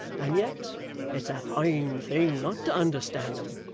and yet it's a fine thing not to understand em.